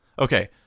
Okay